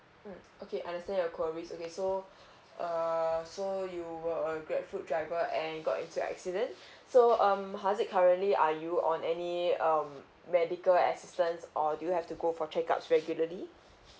mm okay understand your queries okay so err so you were a grabfood driver and got into like accident so um harzik currently are you on any um medical assistance or do you have to go for checkups regularly